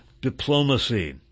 diplomacy